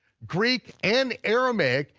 greek, and aramaic,